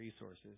resources